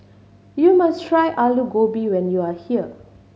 you must try Alu Gobi when you are here